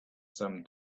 some